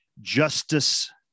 justice